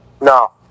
No